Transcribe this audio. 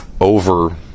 over